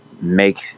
make